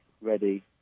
ready